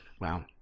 Wow